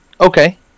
Okay